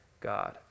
God